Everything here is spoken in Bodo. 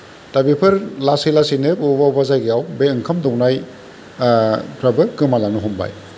दा बेफोर बबा बबा जायगाफोराव लासै लासैनो बे ओंखाम दौवनाय फ्राबो गोमालांनो हमबाय